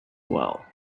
well